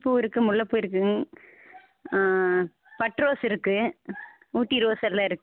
வீங்கியிருக்கா வீக்கம் இருக்கா இல்லை இதாகியிருக்குங்களா பெயின்ஸ் மட்டும் இருக்